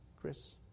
Chris